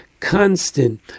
constant